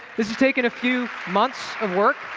this has taken a few months of work.